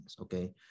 okay